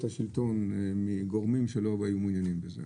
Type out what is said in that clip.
השלטון מגורמים שלא היו מעוניינים בזה,